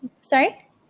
Sorry